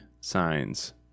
signs